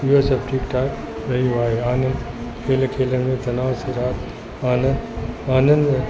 ॿियो सभु ठीकु ठाक रहियूं आहे आनंद खेलु खेलण में तनाउ सां राहति आनंद आनंद